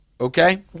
okay